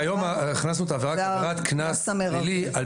כיום הכנסנו את העבירה כעבירת קנס פלילי על